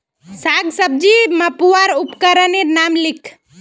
साग सब्जी मपवार उपकरनेर नाम लिख?